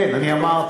כן, אני אמרתי.